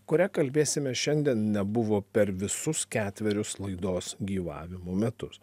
kurią kalbėsime šiandien nebuvo per visus ketverius laidos gyvavimo metus